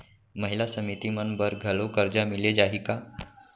महिला समिति मन बर घलो करजा मिले जाही का?